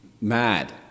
mad